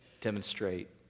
demonstrate